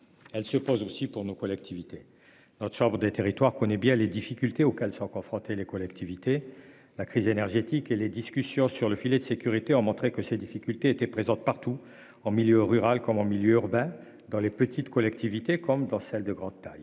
Elle se pose aussi pour nos collectivités. Le Sénat, chambre des territoires, connaît bien les problèmes auxquels elles sont confrontées. La crise énergétique et les discussions sur le filet de sécurité ont montré que ces difficultés étaient présentes partout, en milieu rural comme en milieu urbain, dans les petites collectivités comme dans les grandes.